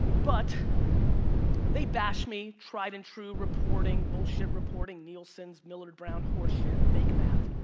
but they bash me. tried-and-true reporting, bullshit reporting, nielsens, millward brown horseshit, fake math.